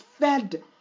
fed